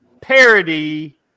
parody